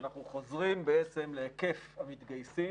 אנחנו חוזרים להיקף המתגייסים,